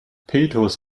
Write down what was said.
petrus